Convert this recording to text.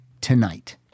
Tonight